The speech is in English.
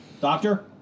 Doctor